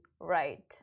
Right